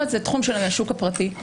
פה זה תחום של השוק הפרטי,